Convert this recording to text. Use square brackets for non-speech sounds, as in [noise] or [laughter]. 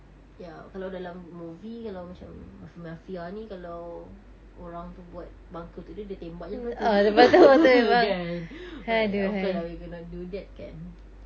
ya kalau dalam movie kalau macam mafi~ mafia ni kalau orang tu buat bunker untuk dia dia tembak jer lepas tu [laughs] kan ah of course lah we cannot do that kan